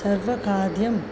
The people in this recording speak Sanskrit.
सर्वं खाद्यम्